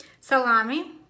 Salami